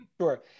sure